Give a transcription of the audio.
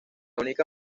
única